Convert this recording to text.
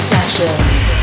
Sessions